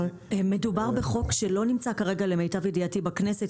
מדובר בחוק שלא נמצא כרגע למיטב ידיעתי כרגע בכנסת,